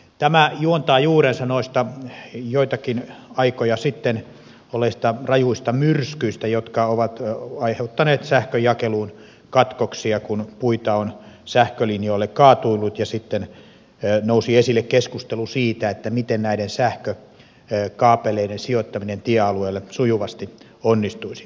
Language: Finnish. tämä juontaa juurensa noista joitakin aikoja sitten olleista rajuista myrskyistä jotka aiheuttivat sähkönjakeluun katkoksia kun puita kaatuili sähkölinjoille ja sitten nousi esille keskustelu siitä miten näiden sähkökaapeleiden sijoittaminen tiealueelle sujuvasti onnistuisi